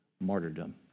martyrdom